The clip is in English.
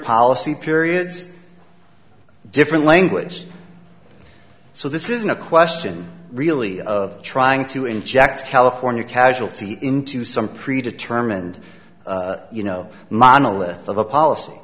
policy periods different language so this isn't a question really of trying to inject california casualty into some pre determined you know monolith of a policy